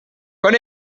con